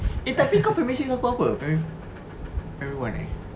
eh tapi kau primary six aku apa pri~ primary one eh